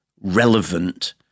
relevant